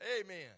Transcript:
amen